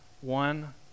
One